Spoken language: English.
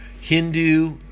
Hindu